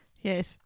Yes